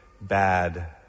bad